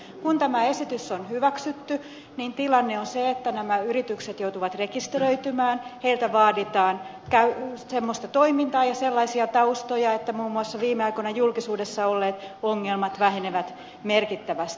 kun tämä esitys on hyväksytty niin tilanne on se että nämä yritykset joutuvat rekisteröitymään heiltä vaaditaan semmoista toimintaa ja sellaisia taustoja että muun muassa viime aikoina julkisuudessa olleet ongelmat vähenevät merkittävästi